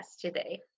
today